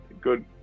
good